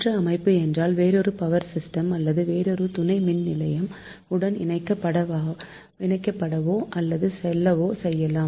மற்ற அமைப்பு என்றால் வேறொரு பவர் சிஸ்டம் அல்லது வேறொரு துணைமின்நிலையம் உடன் இணைக்க படவோ அல்லது செல்லவோ செய்யலாம்